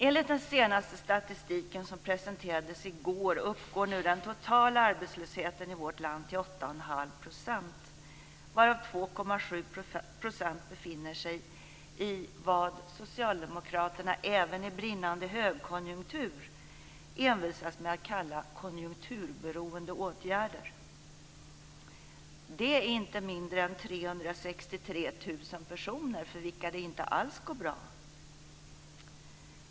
Enligt den senaste statistiken som presenterades i går uppgår nu den totala arbetslösheten i vårt land till 8,5 %, varav 2,7 % befinner sig i vad Socialdemokraterna även i brinnande högkonjunktur envisas med att kalla konjunkturberoende åtgärder. Det är inte mindre än 363 000 personer för vilka det inte alls går bra.